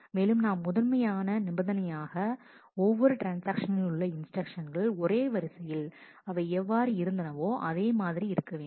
மேலும் நாம் முதன்மையான நிபந்தனையாக ஒவ்வொரு ட்ரான்ஸ்ஆக்ஷனிலுள்ள இன்ஸ்டிரக்ஷன்கள் ஒரே வரிசையில் அவை எவ்வாறு இருந்தனவோ அதே மாதிரி இருக்க வேண்டும்